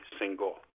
single